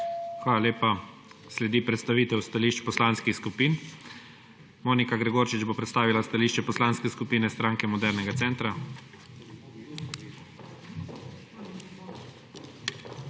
Hvala lepa. Sledi predstavitev stališč poslanskih skupin. Monika Gregorčič bo predstavila stališče Poslanske skupine Stranke modernega centra. **MONIKA